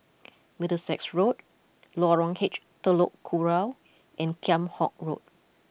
Middlesex Road Lorong H Telok Kurau and Kheam Hock Road